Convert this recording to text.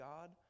God